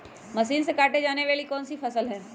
Machine से काटे जाने वाली कौन सी फसल है?